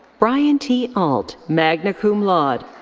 brian t. alt, magna cum laude.